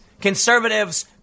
Conservatives